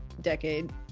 decade